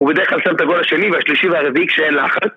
הוא בדרך כלל שם את הגול השני והשלישי והרביעי, כשאין לחץ